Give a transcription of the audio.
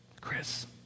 Chris